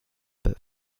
but